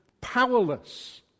powerless